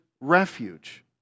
refuge